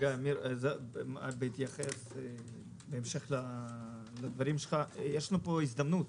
אמיר, בהמשך לדברים שלך, יש פה הזדמנות